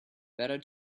better